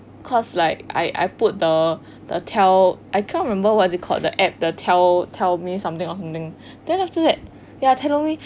cause like I I put the the tell I can't remember what is it called the app the tell tell me something something ya tellonym